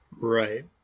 Right